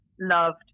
loved